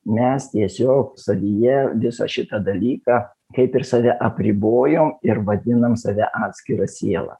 mes tiesiog savyje visą šitą dalyką kaip ir save apribojom ir vadinam save atskira siela